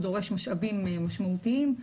זה דורש משאבים משמעותיים.